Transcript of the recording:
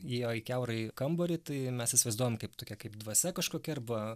įėjo į kiaurai kambarį tai mes įsivaizduojam kaip tokia kaip dvasia kažkokia arba